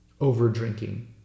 Over-drinking